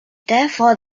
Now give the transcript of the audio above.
therefore